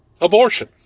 abortion